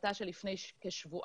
בהחלטה של לפני כשבועיים,